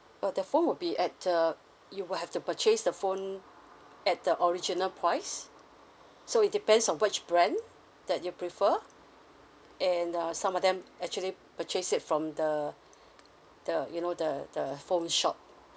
uh the phone would be at the you will have to purchase the phone at the original price so it depends on which brand that you prefer and uh some of them actually purchase it from the the you know the the phone shop